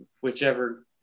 whichever